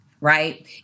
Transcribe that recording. right